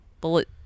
Bullet